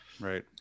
right